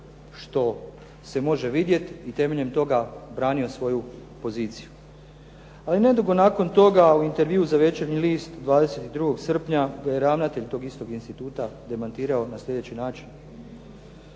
što se može vidjeti i temeljem toga branio svoju poziciju. Ali nedugo nakon toga u intervjuu za „Večernji list“ 22. srpnja ravnatelj tog istog instituta demantirao na sljedeći način: